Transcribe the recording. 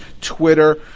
Twitter